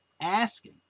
asking